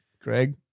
Craig